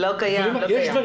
קיים.